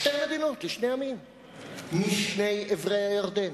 שתי מדינות לשני עמים משני עברי הירדן.